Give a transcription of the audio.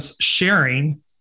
sharing